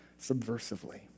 subversively